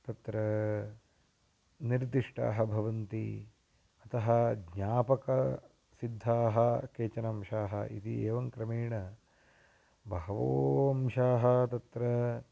तत्र निर्दिष्टाः भवन्ति अतः ज्ञापकाः सिद्धाः केचन अंशाः इति एवं क्रमेण बहवो अंशाः तत्र